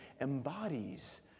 embodies